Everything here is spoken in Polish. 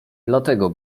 dlatego